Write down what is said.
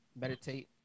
meditate